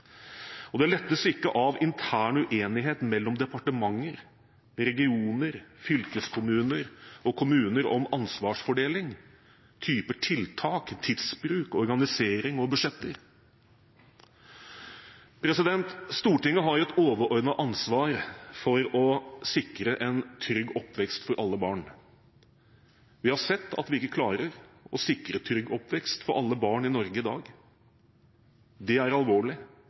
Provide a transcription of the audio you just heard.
lettes ikke av intern uenighet mellom departementer, regioner, fylkeskommuner og kommuner om ansvarsfordeling, typer tiltak, tidsbruk, organisering og budsjetter. Stortinget har et overordnet ansvar for å sikre en trygg oppvekst for alle barn. Vi har sett at vi ikke klarer å sikre en trygg oppvekst for alle barn i Norge i dag. Det er alvorlig,